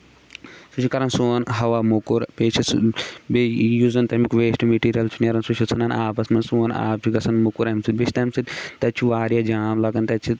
سُہ چھُ کرن سون ہوا موٚکُر بیٚیہِ چھُ سُہ یُس زَن تَمیُک ویسٹ میٹیٖریل چھُ نیران سُہ چھ ژھنان آبَس منٛز سون آب چھُ گژھان موکُر اَمہِ سۭتۍ بیٚیہِ چھُ تَمہِ سۭتۍ تَتہِ چھُ واریاہ جام لگان تَتہِ چھِ